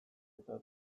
eta